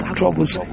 troubles